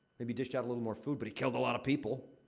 maybe dished out a little more food, but he killed a lot of people.